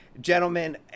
Gentlemen